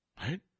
Right